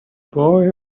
boy